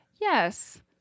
Yes